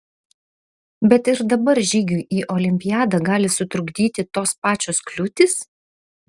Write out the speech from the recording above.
bet ir dabar žygiui į olimpiadą gali sutrukdyti tos pačios kliūtys